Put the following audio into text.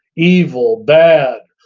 evil, bad,